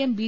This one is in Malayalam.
M B